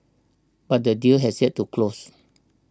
but the deal has yet to close